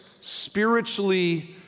spiritually